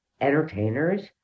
entertainers